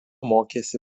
mokėsi